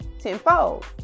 tenfold